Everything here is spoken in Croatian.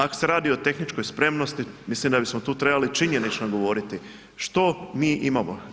Ako se radi o tehničkoj spremnosti, mislim da bismo tu trebali činjenično govoriti, što mi imamo?